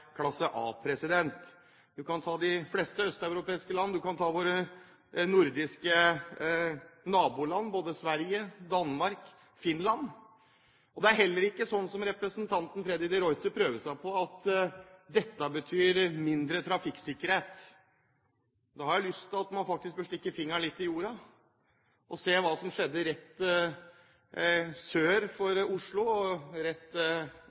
klasse A. Det gjelder de fleste østeuropeiske land, det gjelder våre nordiske naboland – både Sverige, Danmark og Finland. Det er heller ikke slik, som representanten Freddy de Ruiter prøver seg på, at dette betyr mindre trafikksikkerhet. Da har jeg lyst til å si at man faktisk bør stikke fingeren litt i jorda og se hva som skjedde rett sør for Oslo, mot Østfold og